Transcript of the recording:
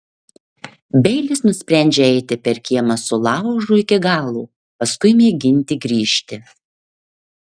beilis nusprendžia eiti per kiemą su laužu iki galo paskui mėginti grįžti